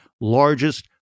largest